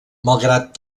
malgrat